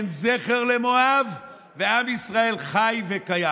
אין זכר למואב, ועם ישראל חי וקיים.